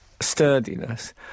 sturdiness